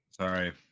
Sorry